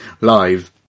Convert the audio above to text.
live